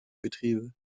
betriebe